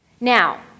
Now